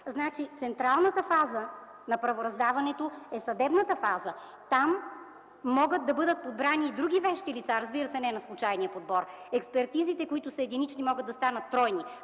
Значи централната фаза на правораздаването е съдебната фаза. Там могат да бъдат подбрани и други вещи лица, но не на случайния подбор. Единичните експертизи могат да станат тройни,